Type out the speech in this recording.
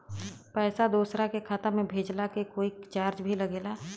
पैसा दोसरा के खाता मे भेजला के कोई चार्ज भी लागेला?